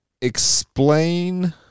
Explain